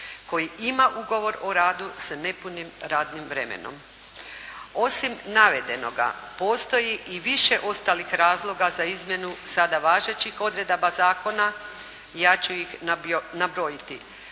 koji ima ugovor o radu sa nepunim radnim vremenom. Osim navedenoga postoji i više ostalih razloga za izmjenu sada važećih odredaba zakona i ja ču ih nabrojiti.